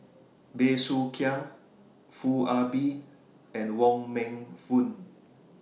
Bey Soo Khiang Foo Ah Bee and Wong Meng Voon